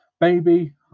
Baby